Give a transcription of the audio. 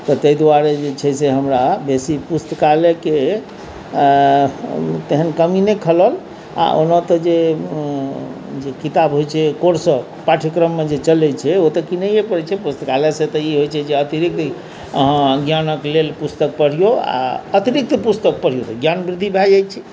तऽ ताहि दुआरे जे छै से हमरा बेसी पुस्तकालयके अँ तेहन कमी नहि खलल आओर ओना तऽ अँ जे किताब होइ छै कोर्सके पाठ्यक्रममे जे चलै छै ओ तऽ किनैए पड़ै छै पुस्तकालयसँ तऽ ई होइ छै अतिरिक्त अहाँ ज्ञानके लेल पुस्तक पढ़िऔ आओर अतिरिक्त पुस्तक पढ़िऔ ज्ञान वृद्धि भऽ जाइ छै